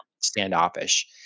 standoffish